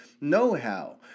know-how